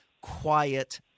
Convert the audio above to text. quiet